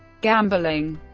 gambling